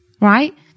right